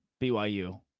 BYU